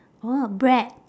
orh bread